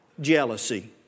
jealousy